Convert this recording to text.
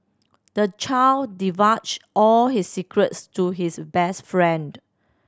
the child divulged all his secrets to his best friend